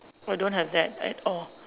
I don't have that I orh